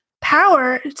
power